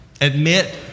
Admit